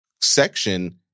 section